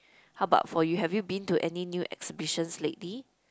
how about for you have you been to any new exhibitions lately